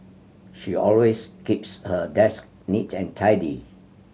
she always keeps her desk neat and tidy